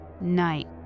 night